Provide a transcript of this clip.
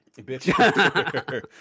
Bitch